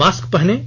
mask पहनें